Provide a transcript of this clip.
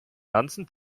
ganzen